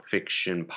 Fiction